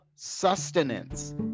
sustenance